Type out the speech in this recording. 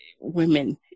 women